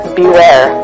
beware